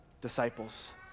disciples